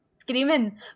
screaming